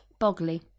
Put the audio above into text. Boggly